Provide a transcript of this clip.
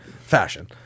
fashion